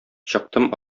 чыктым